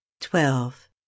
Twelve